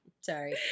Sorry